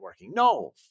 No